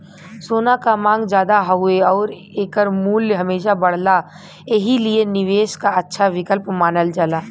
सोना क मांग जादा हउवे आउर एकर मूल्य हमेशा बढ़ला एही लिए निवेश क अच्छा विकल्प मानल जाला